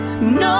¡No